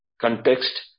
context